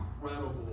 incredible